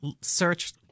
search